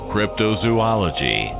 Cryptozoology